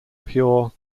pure